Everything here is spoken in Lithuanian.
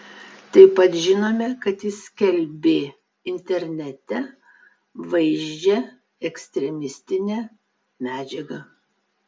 taip pat žinome kad jis skelbė internete vaizdžią ekstremistinę medžiagą